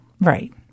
right